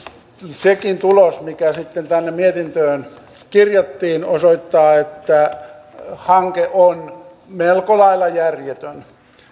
sekin tulos mikä sitten tänne mietintöön kirjattiin osoittaa että hanke on melko lailla järjetön